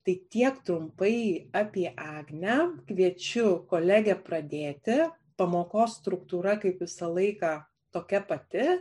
tai tiek trumpai apie agnę kviečiu kolegę pradėti pamokos struktūra kaip visą laiką tokia pati